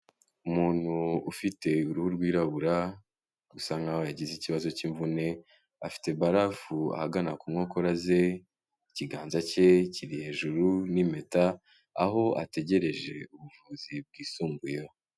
Umuntu ufite uruhu rwirabura, usa nkaho yagize ikibazo cy'imvune, afite barafu ahagana ku nkokora ze, ikiganza cye kiri hejuru n'impeta aho ategereje ubuvuzi bwisumbuyeho.